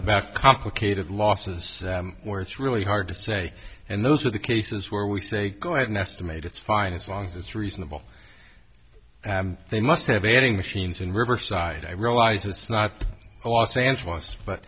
about complicated losses where it's really hard to say and those are the cases where we say go ahead and estimate it's fine as long as that's reasonable they must have any machines in riverside i realize it's not a los angeles but